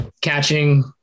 catching